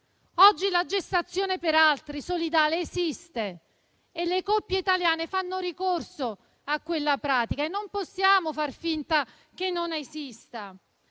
Oggi la gestazione per altri solidale esiste e le coppie italiane fanno ricorso a quella pratica e non possiamo far finta che non esista.